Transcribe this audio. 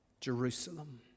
Jerusalem